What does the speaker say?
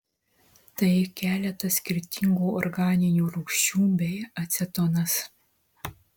tai keletas skirtingų organinių rūgščių bei acetonas